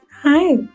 Hi